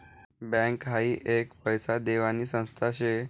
bank हाई एक पैसा देवानी संस्था शे